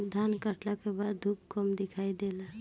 धान काटला के बाद धूप कम दिखाई देला